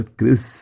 Chris